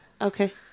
okay